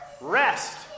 Rest